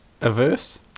averse